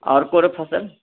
आओर कोनो फसल